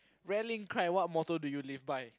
rallying cry what motto do you live by